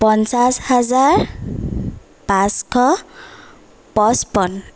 পঞ্চাছ হাজাৰ পাঁচশ পছপন্ন